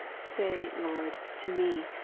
say, lord, to me.